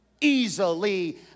Easily